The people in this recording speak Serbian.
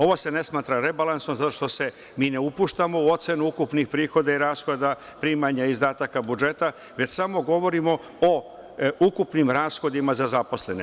Ovo se ne smatra rebalansom zato što se mi ne upuštamo u ocenu ukupnih prihoda i rashoda, primanja i izdataka budžeta, već samo govorimo o ukupnim rashodima za zaposlene.